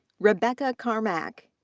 rebecca carmack,